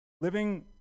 living